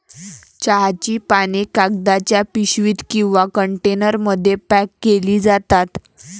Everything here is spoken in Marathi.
चहाची पाने कागदाच्या पिशवीत किंवा कंटेनरमध्ये पॅक केली जातात